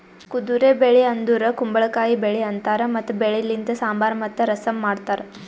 ಕುದುರೆ ಬೆಳಿ ಅಂದುರ್ ಕುಂಬಳಕಾಯಿ ಬೆಳಿ ಅಂತಾರ್ ಮತ್ತ ಬೆಳಿ ಲಿಂತ್ ಸಾಂಬಾರ್ ಮತ್ತ ರಸಂ ಮಾಡ್ತಾರ್